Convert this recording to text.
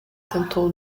tentou